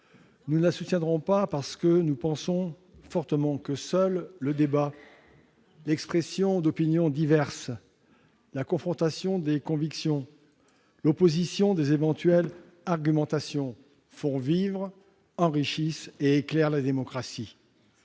opposer la question préalable. Nous pensons en effet que seuls le débat, l'expression d'opinions diverses, la confrontation des convictions, l'opposition des éventuelles argumentations font vivre, enrichissent et éclairent la démocratie.